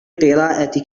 قراءة